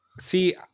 See